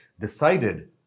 decided